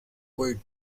quit